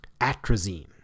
atrazine